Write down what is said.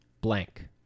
blank